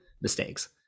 mistakes